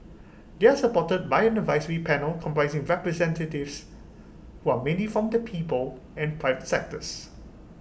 they are supported by an advisory panel comprising representatives who are mainly from the people and private sectors